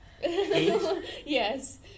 Yes